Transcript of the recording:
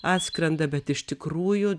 atskrenda bet iš tikrųjų